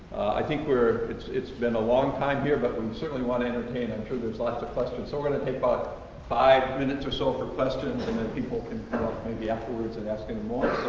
i think we're, it's it's been a long time here, but we certainly wanna entertain. i'm sure there's lots of questions. so, we're gonna take but five minutes or so for questions. and then people can come up maybe afterwards and ask any more. so,